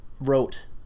wrote